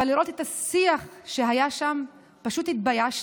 אבל לראות את השיח שהיה שם, פשוט התביישתי.